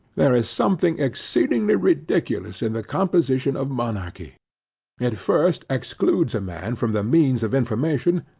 there is something exceedingly ridiculous in the composition of monarchy it first excludes a man from the means of information,